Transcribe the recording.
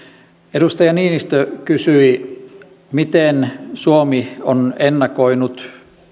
edustaja niinistö kysyi miten suomi on ennakoinut